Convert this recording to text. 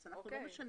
אנחנו לא משנים